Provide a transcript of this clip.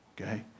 Okay